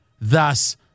Thus